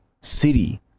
city